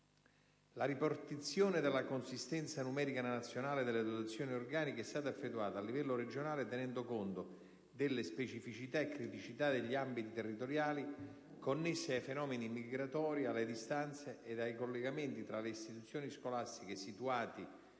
La ripartizione della consistenza numerica nazionale delle dotazioni organiche è stata effettuata a livello regionale tenendo conto delle specificità e criticità degli ambiti territoriali connesse ai fenomeni migratori, alle distanze ed ai collegamenti tra le istituzioni scolastiche situate nei